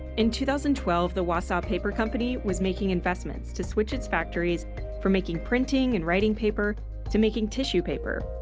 in two thousand and twelve, the wausau paper company was making investments to switch its factories from making printing and writing paper to making tissue paper.